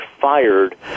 fired